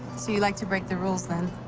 so you like to break the rules, then?